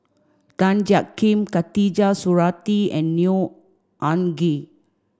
Tan Jiak Kim Khatijah Surattee and Neo Anngee